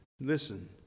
listen